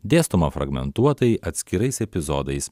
dėstoma fragmentuotai atskirais epizodais